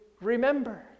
Remember